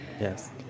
yes